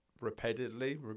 repeatedly